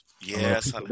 Yes